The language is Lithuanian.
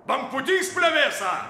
bangpūtys plevėsa